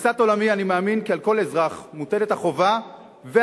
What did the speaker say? בתפיסת עולמי אני מאמין כי על כל אזרח מוטלת החובה והזכות,